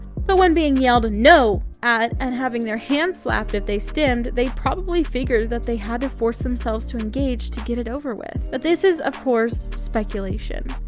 but when being yelled and no! at and having their hand slapped if they stimmed, they probably figured that they had to force themselves to engage to get it over with. but this is, of course, speculation.